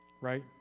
Right